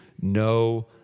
no